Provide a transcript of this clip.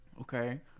Okay